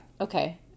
Okay